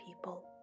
people